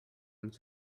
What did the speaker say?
and